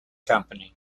company